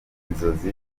inzozi